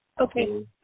Okay